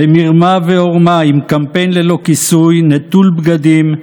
/ במרמה ועורמה, עם קמפיין ללא כיסוי, נטול בגדים,